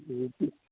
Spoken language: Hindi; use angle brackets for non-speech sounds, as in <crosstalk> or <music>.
<unintelligible>